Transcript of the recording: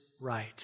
right